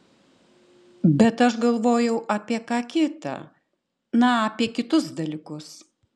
bet aš galvojau apie ką kita na apie kitus dalykus